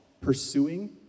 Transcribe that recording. pursuing